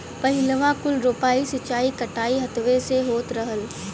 पहिलवाँ कुल रोपाइ, सींचाई, कटाई हथवे से होत रहल